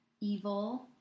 evil